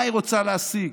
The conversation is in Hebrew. מה היא רוצה להשיג?